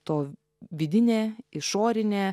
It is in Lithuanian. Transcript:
to vidinė išorinė